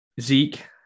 Zeke